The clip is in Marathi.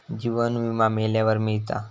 जीवन विमा मेल्यावर मिळता